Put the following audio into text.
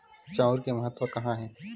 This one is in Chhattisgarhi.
चांउर के महत्व कहां हे?